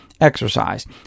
exercise